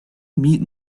meat